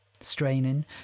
Straining